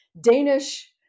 Danish